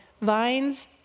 vines